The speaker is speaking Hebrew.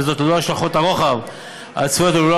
וזאת ללא השלכות הרוחב הצפויות וללא